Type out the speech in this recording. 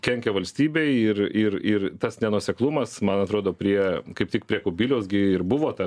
kenkia valstybei ir ir ir tas nenuoseklumas man atrodo prie kaip tik prie kubiliaus gi ir buvo ta